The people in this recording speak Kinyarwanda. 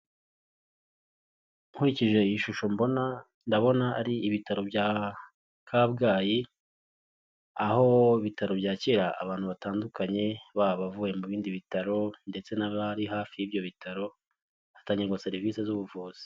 Nkurikije iyi shusho mbona, ndabona ar’ibitaro bya Kabgayi, aho bitaro byakira abantu batandukanye, baba bavuye mu bindi bitaro ndetse n'abari hafi y'ibyo bitaro. Hatangirwa serivisi z'ubuvuzi.